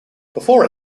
before